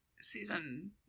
season